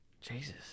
Jesus